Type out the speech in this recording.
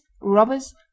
robbers